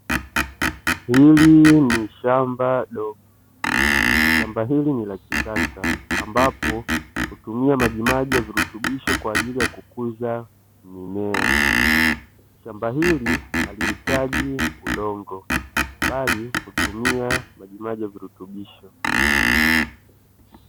Hili ni shamba dogo, shamba hili ni la kisasa ambapo hutumia majimaji ya virutubisho kwa ajili ya kukuza mimea. Shamba hili halihitaji udongo bali hutumia majimaji ya virutubisho.